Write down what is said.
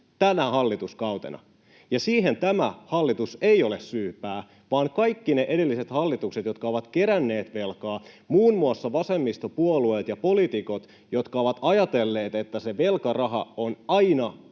tänä hallituskautena. Ja siihen tämä hallitus ei ole syypää vaan kaikki ne edelliset hallitukset, jotka ovat keränneet velkaa, muun muassa vasemmistopuolueet ja -poliitikot, jotka ovat ajatelleet, että se velkaraha on aina ja